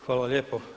Hvala lijepo.